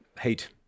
hate